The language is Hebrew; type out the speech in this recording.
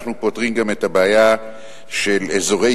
אנחנו פותרים גם את הבעיה של אזורי